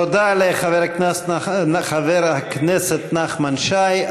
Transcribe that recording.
תודה לחבר הכנסת נחמן שי.